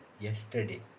yesterday